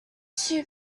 too